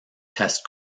test